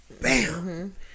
Bam